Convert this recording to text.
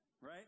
right